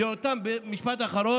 משפט אחרון.